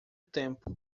tempo